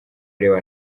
reba